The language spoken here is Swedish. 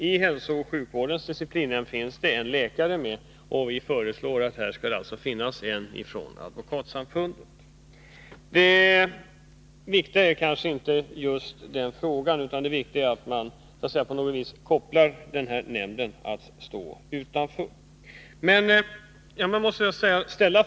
I hälsooch sjukvårdens disciplinnämnd finns en läkare med, och i den nämnd som vi föreslår skall det finnas en ledamot av Advokatsamfundet. Det viktiga är kanske inte just den frågan utan att man låter nämnden stå utanför Advokatsamfundet.